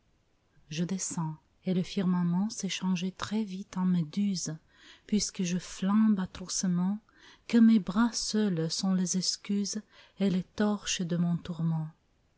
je descends et le firmament s'est changé très vite en méduse puisque je flambe atrocement que mes bras seuls sont les excuses et les torches de mon tourment